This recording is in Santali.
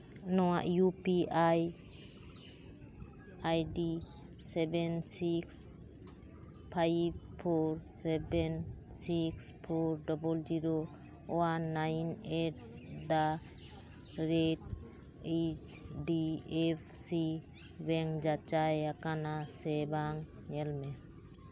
ᱱᱚᱣᱟ U P I I D seven six five four seven six four double zero one nine at the at the rate H D F C bank ᱡᱟᱸᱪᱟᱭ ᱟᱠᱟᱱᱟ ᱥᱮ ᱵᱟᱝ ᱧᱮᱞ ᱢᱮ